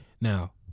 now